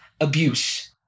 abuse